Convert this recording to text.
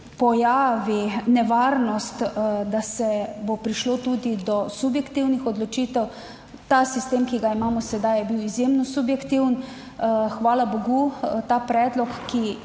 pojavi nevarnost, da se bo prišlo tudi do subjektivnih odločitev. Ta sistem, ki ga imamo sedaj je bil izjemno subjektiven. Hvala bogu, ta predlog, ki